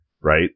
right